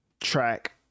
track